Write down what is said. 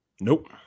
Nope